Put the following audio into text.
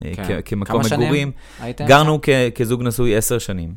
כמקום מגורים, גרנו כזוג נשוי 10 שנים.